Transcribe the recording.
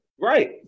Right